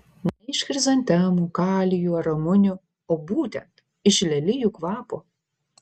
ne iš chrizantemų kalijų ar ramunių o būtent iš lelijų kvapo